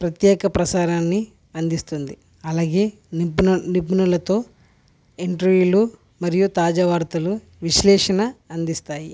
ప్రత్యేక ప్రసారాన్ని అందిస్తుంది అలాగే నిపుణు నిపుణులతో ఇంటర్వ్యూలు మరియు తాజా వార్తలు విశ్లేషణ అందిస్తాయి